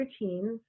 routines